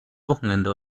wochenende